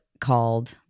called